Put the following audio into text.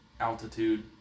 altitude